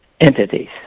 entities